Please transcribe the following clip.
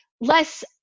less